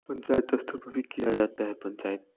पंचायत स्तर पर भी किया जाता है पंचायत